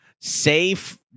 safe